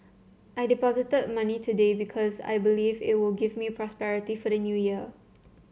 I deposited money today because I believe it will give me prosperity for the New Year